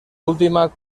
última